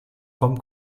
vom